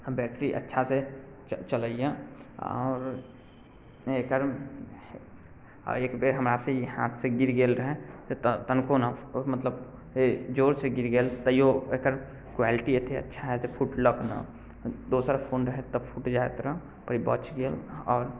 battery अच्छासँ चऽ चलैए आओर एकर अऽ एक बेर ई हमरा हाथसँ गिर गेल रहै तऽ तनिको नऽ मतलब ए जोरसँ गिर गेल तैयो एकर क्वालिटी एतेक अच्छा हए जे फुटलक नऽ दोसर फोन रहैत तऽ फुटि जाइत रऽ ई बचि गेल आओर